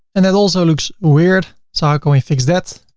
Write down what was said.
and that also looks weird. so how can we fix that?